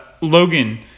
Logan